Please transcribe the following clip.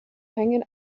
hanging